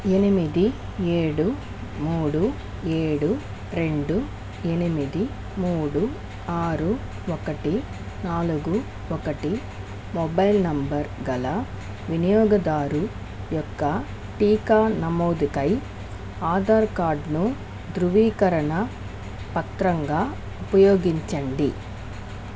ఎనిమిది ఏడు మూడు ఏడు రెండు ఎనిమిది మూడు ఆరు ఒకటి నాలుగు ఒకటి మొబైల్ నంబర్ గల వినియోగదారు యొక్క టీకా నమోదుకై ఆధార్ కార్డును ధృవీకరణ పత్రంగా ఉపయోగించండి